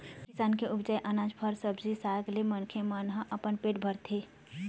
किसान के उपजाए अनाज, फर, सब्जी साग ले मनखे मन ह अपन पेट भरथे